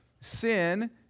sin